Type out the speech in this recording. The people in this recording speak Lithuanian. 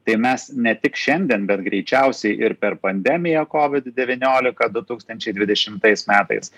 tai mes ne tik šiandien bet greičiausiai ir per pandemiją kovid devyniolika du tūkstančiai dvidešimais metais